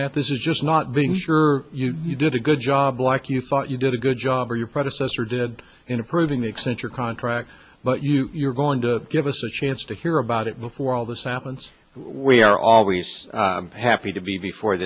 that this is just not being sure you did a good job like you thought you did a good job or your predecessor did in approving the accenture contract but you're going to give us a chance to hear about it before all this happens we are always happy to be before